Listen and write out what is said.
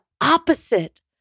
opposite